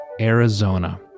Arizona